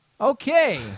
Okay